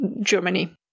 Germany